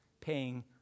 paying